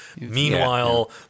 Meanwhile